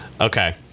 okay